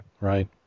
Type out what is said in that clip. Right